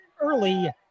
early